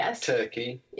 turkey